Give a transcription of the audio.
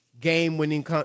game-winning